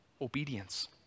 obedience